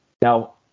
Now